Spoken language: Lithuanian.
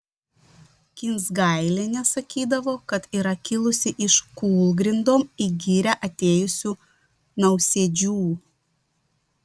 kinsgailienė sakydavo kad yra kilusi iš kūlgrindom į girią atėjusių nausėdžių